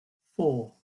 four